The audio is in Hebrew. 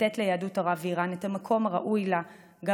לתת ליהדות ערב ואיראן את המקום הראוי לה גם